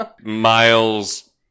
miles